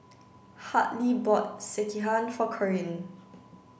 Harley bought Sekihan for Corine